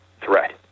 threat